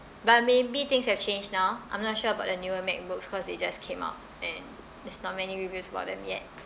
but maybe things have changed now I'm not sure about the newer macbooks cause they just came out and there's not many reviews about them yet